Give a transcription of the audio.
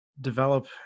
develop